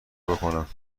بکنم